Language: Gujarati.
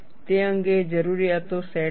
તે અંગે જરૂરીયાતો સેટ છે